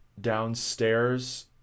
downstairs